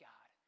God